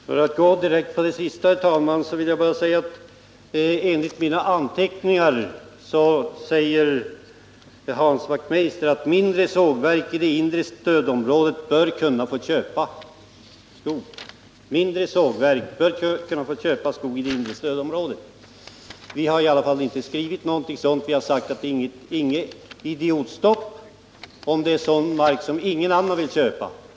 Herr talman! För att gå direkt på det sista, så vill jag bara säga att enligt mina anteckningar sade Hans Wachtmeister: Mindre sågverk i det inre stödområdet bör kunna få köpa skog. Vi har i alla fall inte skrivit någonting sådant. Vi har sagt: Inget idiotstopp om det är sådan mark som ingen annan vill köpa.